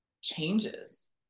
changes